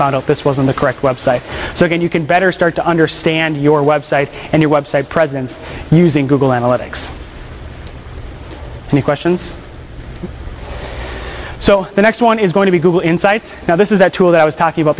found out this was on the correct website so again you can better start to understand your website and your website presence using google analytics and questions so the next one is going to be google insights now this is that tool that i was talking about